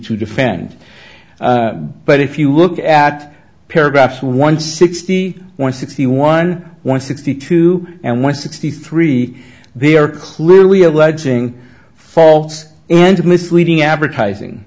to defend but if you look at paragraph one sixty one sixty one one sixty two and one sixty three they are clearly alleging false and misleading advertising